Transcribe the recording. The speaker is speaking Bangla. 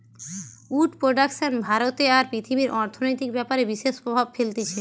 উড প্রোডাক্শন ভারতে আর পৃথিবীর অর্থনৈতিক ব্যাপারে বিশেষ প্রভাব ফেলতিছে